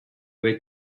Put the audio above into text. were